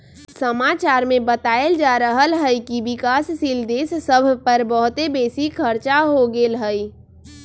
समाचार में बतायल जा रहल हइकि विकासशील देश सभ पर बहुते बेशी खरचा हो गेल हइ